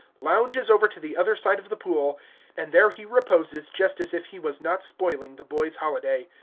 lounges over to the other side of the pool and there he reposes just as if he was not spoiling the boy's holiday.